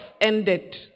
ended